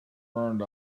burned